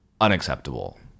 unacceptable